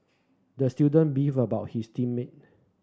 the student beefed about his team mate